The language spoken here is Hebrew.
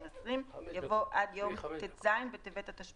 על סדר-היום: הצעת צו שירותי תעופה (פיצוי וסיוע בשל